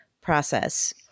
process